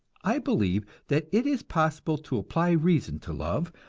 i believe that it is possible to apply reason to love,